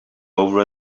over